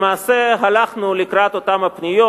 למעשה הלכנו לקראת אותן הפניות.